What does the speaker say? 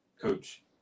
Coach